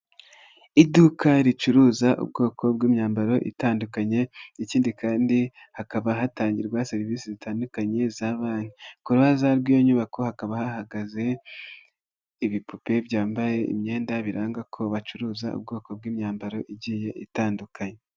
Iduka ricuruza ubwoko bw'imyambaro itandukanye ikindi kandi hakaba hatangirwa serivisi zitandukanye za banki, ku rubaraza rw'iyo nyubako hakaba hahagaze ibipupe byambaye imyenda biranga ko bacuruza ubwoko bw'imyambaro igiye itandukanye.